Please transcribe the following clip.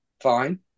fine